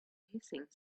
hissing